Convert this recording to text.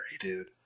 dude